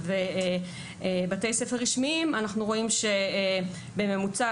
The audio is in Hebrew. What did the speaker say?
אנחנו רואים שבממוצע,